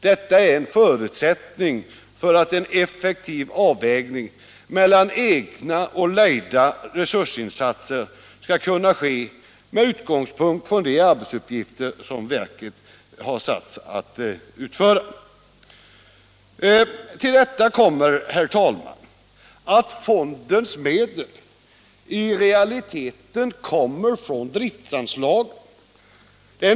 Detta är en förutsättning för att en effektiv avvägning mellan egna och lejda resursinsatser skall kunna ske — med utgångspunkt i de arbetsuppgifter som verket har satts att utföra. Till det bör läggas, herr talman, att fondens medel i realiteten kommer från driftsanslagen.